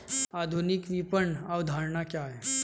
आधुनिक विपणन अवधारणा क्या है?